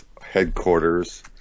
headquarters